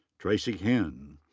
traci henn.